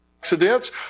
...accidents